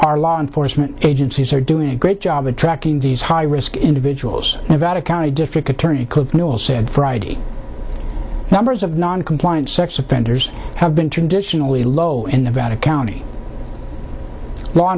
our law enforcement agencies are doing a great job of tracking these high risk individuals and out of county district attorney could be all said friday numbers of non compliant sex offenders have been traditionally low in nevada county law